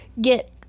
get